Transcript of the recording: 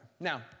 Now